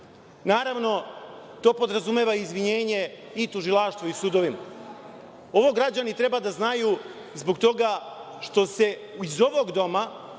Naravno, to podrazumeva i izvinjenje i Tužilaštvu i sudovima. Ovo građani treba da znaju zbog toga što se iz ovog doma